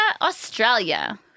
Australia